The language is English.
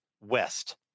West